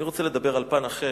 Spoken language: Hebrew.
אני רוצה לדבר על פן אחר,